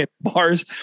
bars